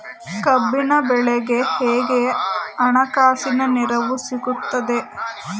ಕಬ್ಬಿನ ಬೆಳೆಗೆ ಹೇಗೆ ಹಣಕಾಸಿನ ನೆರವು ಸಿಗುತ್ತದೆ?